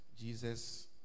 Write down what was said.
Jesus